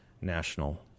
National